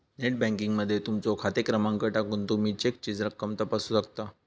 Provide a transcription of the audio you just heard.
net banking मध्ये तुमचो खाते क्रमांक टाकून तुमी चेकची रक्कम तपासू शकता